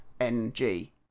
N-G